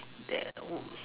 that wo~